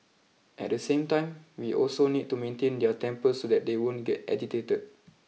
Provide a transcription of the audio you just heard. at the same time we also need to maintain their temper so that they won't get agitated